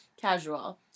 Casual